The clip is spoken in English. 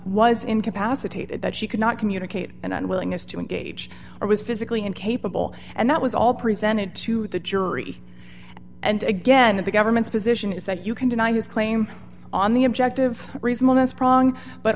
was incapacitated that she could not communicate an unwillingness to engage or was physically incapable and that was all presented to the jury and again the government's position is that you can deny his claim on the objective reasonableness prong but